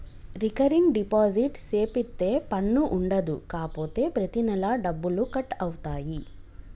recurring deposit సేపిత్తే పన్ను ఉండదు కాపోతే ప్రతి నెలా డబ్బులు కట్ అవుతాయి